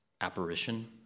apparition